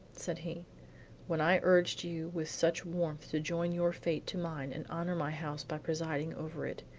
said he when i urged you with such warmth to join your fate to mine and honor my house by presiding over it,